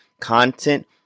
content